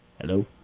Hello